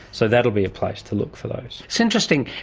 so that will be a place to look for those. it's interesting,